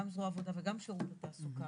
גם זרוע עבודה וגם שירות התעסוקה,